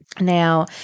Now